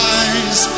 eyes